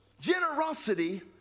Generosity